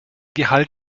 gehalt